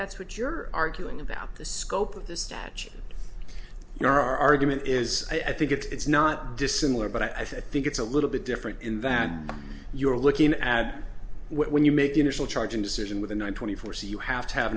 that's what you're arguing about the scope of the statute your argument is i think it's not dissimilar but i think it's a little bit different than you're looking at when you make the initial charging decision with a nine twenty four so you have to have